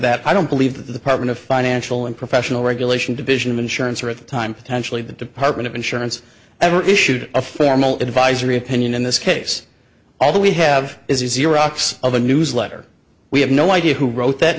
that i don't believe the part of financial and professional regulation division of insurance or at the time the department of insurance ever issued a formal advisory opinion in this case although we have is iraq's of a newsletter we have no idea who wrote that